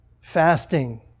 Fasting